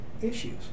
issues